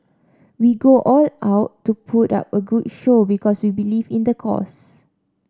we go all out to put up a good show because we believe in the cause